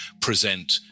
present